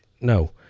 no